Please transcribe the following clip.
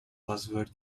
buzzword